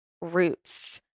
roots